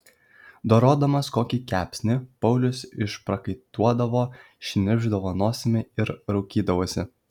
dorodamas kokį kepsnį paulius išprakaituodavo šnirpšdavo nosimi ir raukydavosi